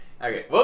Okay